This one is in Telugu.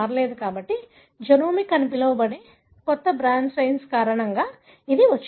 కాబట్టి జెనోమిక్స్ అని పిలువబడే కొత్త బ్రాండ్ సైన్స్ కారణంగా ఇది వచ్చింది